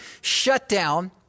shutdown